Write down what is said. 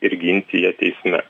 ir ginti ją teisme